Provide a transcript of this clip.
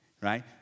right